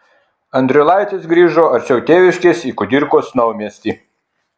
andriulaitis grįžo arčiau tėviškės į kudirkos naumiestį